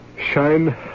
Shine